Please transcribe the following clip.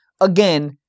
again